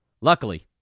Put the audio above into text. Luckily